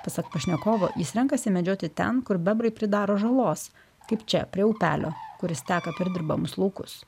pasak pašnekovo jis renkasi medžioti ten kur bebrai pridaro žalos kaip čia prie upelio kuris teka per dirbamus laukus